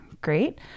great